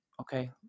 okay